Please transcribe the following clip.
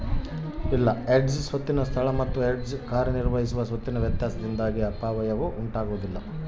hedge ಸ್ವತ್ತಿನ ಸ್ಥಳ ಮತ್ತು ಹೆಡ್ಜ್ ಕಾರ್ಯನಿರ್ವಹಿಸುವ ಸ್ವತ್ತಿನ ವ್ಯತ್ಯಾಸದಿಂದಾಗಿ ಅಪಾಯವು ಉಂಟಾತೈತ